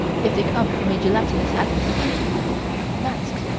if they came from a gelatinous atmosphere masks.